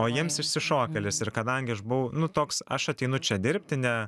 o jiems išsišokėlės ir kadangi aš buvau nu toks aš ateinu čia dirbti ne